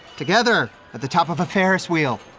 together at the top of a ferris wheel.